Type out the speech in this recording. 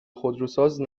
خودروساز